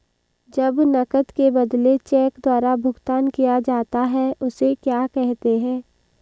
जब नकद के बदले चेक द्वारा भुगतान किया जाता हैं उसे क्या कहते है?